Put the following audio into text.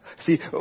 See